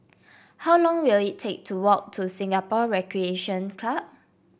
how long will it take to walk to Singapore Recreation Club